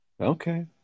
okay